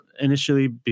Initially